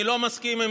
אני לא מסכים עם